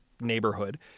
neighborhood